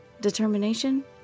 Determination